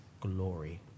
glory